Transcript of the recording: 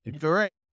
Correct